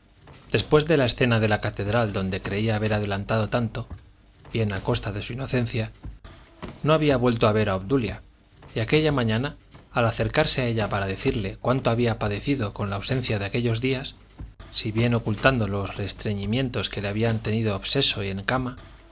después de la escena de la catedral donde creía haber adelantado tanto bien a costa de su conciencia no había vuelto a ver a obdulia y aquella mañana al acercarse a ella para decirle cuánto había padecido con la ausencia de aquellos días si bien